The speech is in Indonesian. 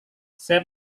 saya